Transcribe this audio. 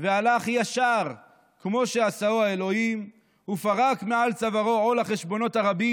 לא עורכין מלחמה כשאר ישראל ולא נוחלין ולא זוכין לעצמן בכוח גופן,